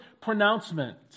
pronouncement